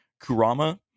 kurama